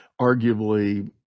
arguably